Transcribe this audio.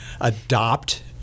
adopt